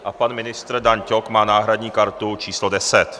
A pan ministr Dan Ťok má náhradní kartu číslo 10.